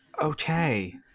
Okay